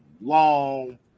long